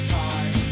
time